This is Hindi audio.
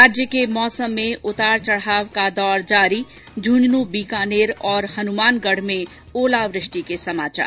राज्य के मौसम में उतार चढ़ाव का दौर जारी झुंझुनूं बीकानेर और हनुमानगढ में ओलावृष्टि के समाचार